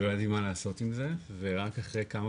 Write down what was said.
הלחיץ אותי ונורא לא היה לי מה לעשות עם זה ורק אחרי כמה